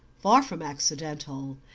far from accidental,